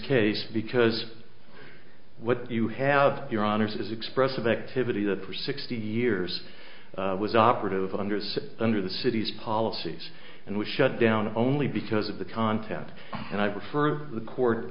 case because what you have your honour's is expressive activity that for sixty years was operative under six under the city's policies and was shut down only because of the content and i prefer the court